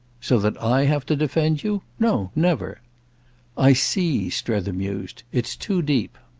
so that i have to defend you? no, never i see, strether mused. it's too deep.